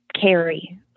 carry